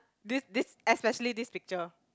this this especially this picture